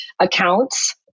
accounts